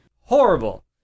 Horrible